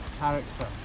character